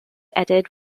added